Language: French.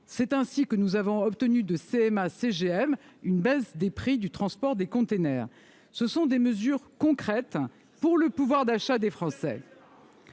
et que nous avons obtenu de la CMA-CGM une baisse des prix du transport des containers. Ce sont des mesures concrètes pour le pouvoir d'achat des Français.